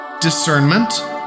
Discernment